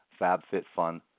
FabFitFun